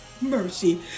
Mercy